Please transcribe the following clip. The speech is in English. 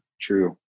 true